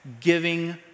giving